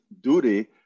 duty